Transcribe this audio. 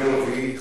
יום רביעי,